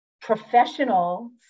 professional